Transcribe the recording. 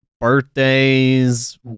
birthdays